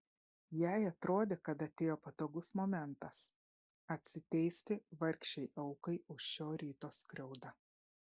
jai atrodė kad atėjo patogus momentas atsiteisti vargšei aukai už šio ryto skriaudą